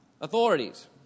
authorities